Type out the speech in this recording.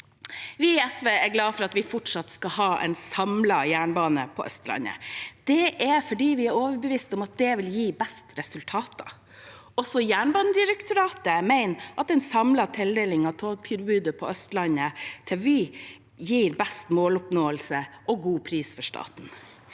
Vi i SV er glad for at vi fortsatt skal ha en samlet jernbane på Østlandet. Det er fordi vi er overbevist om at det vil gi best resultater. Også Jernbanedirektoratet mener at en samlet tildeling av togtilbudet på Østlandet til Vy gir best måloppnåelse og en god pris for staten.